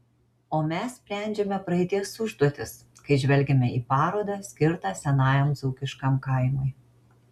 o mes sprendžiame praeities užduotis kai žvelgiame į parodą skirtą senajam dzūkiškam kaimui